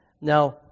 Now